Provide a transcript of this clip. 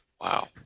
Wow